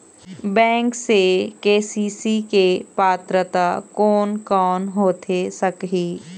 Bank से KCC के पात्रता कोन कौन होथे सकही?